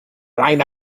line